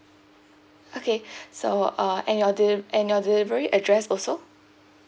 okay so uh and your delive~ and your delivery address also